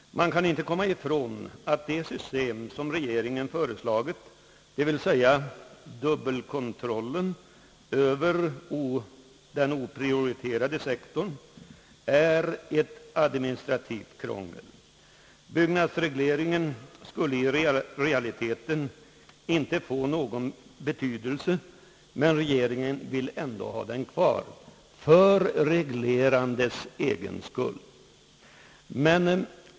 Man kan inte komma ifrån att det system som regeringen föreslagit, d. v. s. dubbelkontrollen över den oprioriterade sektorn, är ett administrativt krångel. Byggnadsregleringen skulle i realiteten inte få någon betydelse, men regeringen vill ändå ha den kvar — för reglerandets egen skull.